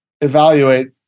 evaluate